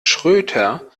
schröter